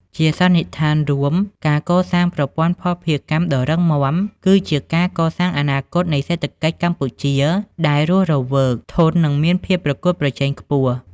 ជាសន្និដ្ឋានរួម ការកសាងប្រព័ន្ធភស្តុភារកម្មដ៏រឹងមាំ គឺជាការកសាងអនាគតនៃសេដ្ឋកិច្ចកម្ពុជាដែលរស់រវើក ធន់ និងមានភាពប្រកួតប្រជែងខ្ពស់។